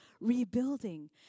rebuilding